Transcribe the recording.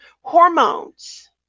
hormones